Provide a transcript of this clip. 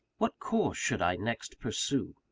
what course should i next pursue?